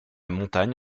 montagne